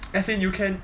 as in you can